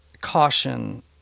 caution